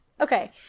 Okay